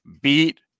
beat